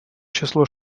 число